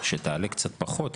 שתעלה קצת פחות,